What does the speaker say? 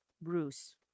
Bruce